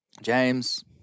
James